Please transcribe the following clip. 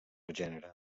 gènere